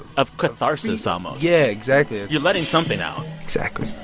of catharsis, almost yeah, exactly you're letting something out exactly